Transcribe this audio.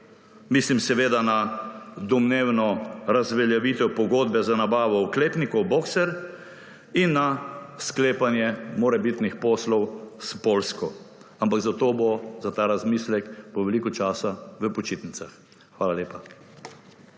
Mislim seveda na domnevno razveljavitev pogodbe za nabavo oklepnikov Boxer in na sklepanje morebitnih poslov s Poljsko. Ampak za ta razmislek bo veliko časa v počitnicah. Hvala lepa.